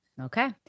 Okay